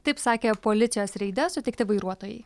taip sakė policijos reide sutikti vairuotojai